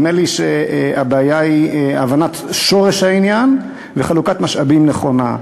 נדמה לי שהבעיה היא הבנת שורש העניין וחלוקת משאבים נכונה.